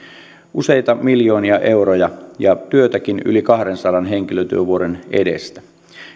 useita miljoonia euroja ja työtäkin yli kahdensadan henkilötyövuoden edestä